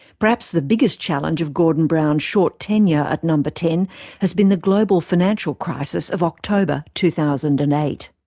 perhaps the biggest challenge of gordon brown's short tenure at no. but ten has been the global financial crisis of october, two thousand and eight.